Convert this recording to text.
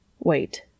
Wait